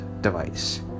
device